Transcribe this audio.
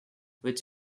which